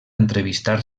entrevistar